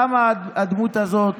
למה הדמות הזאת